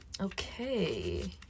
Okay